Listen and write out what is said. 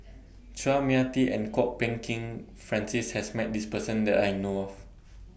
Chua Mia Tee and Kwok Peng Kin Francis has Met This Person that I know of